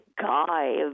guy